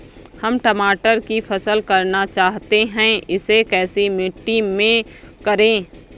हम टमाटर की फसल करना चाहते हैं इसे कैसी मिट्टी में करें?